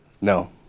No